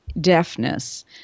deafness